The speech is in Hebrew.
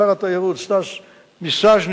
שר התיירות סטס מיסז'ניקוב,